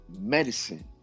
medicine